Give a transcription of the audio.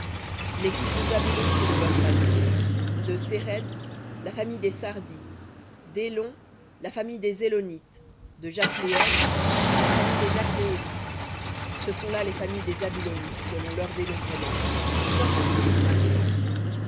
les fils de zabulon selon leurs familles de séred la famille des sardites d'élon la famille des élonites de jakhleël la famille des jakhleélites ce sont là les familles des zabulonites selon leur dénombrement